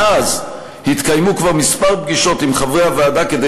מאז התקיימו כבר כמה פגישות עם חברי הוועדה כדי